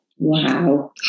Wow